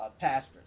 pastors